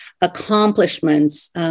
accomplishments